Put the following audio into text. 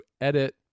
edit